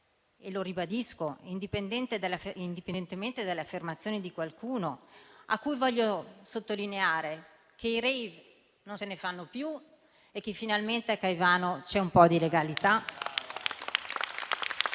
e lo ribadisco, indipendentemente dalle affermazioni di qualcuno, a cui voglio dire che i *rave* non si fanno più e che finalmente a Caivano c'è un po' di legalità